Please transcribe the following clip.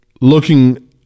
looking